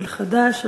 של חד"ש,